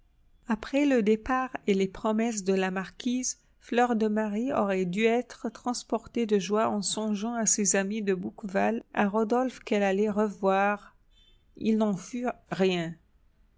après le départ et les promesses de la marquise fleur de marie aurait dû être transportée de joie en songeant à ses amis de bouqueval à rodolphe qu'elle allait revoir il n'en fut rien